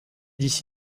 d’ici